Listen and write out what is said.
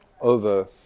over